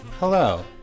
Hello